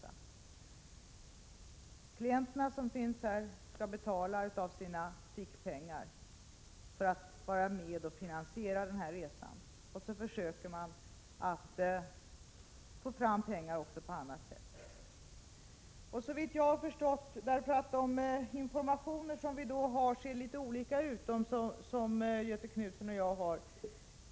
De klienter som finns här skall betala av sina fickpengar för att vara med och finansiera resan, och så försöker man få fram pengar också på annat sätt. De informationer som Göthe Knutson och jag har är litet olika.